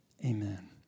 Amen